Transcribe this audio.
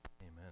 Amen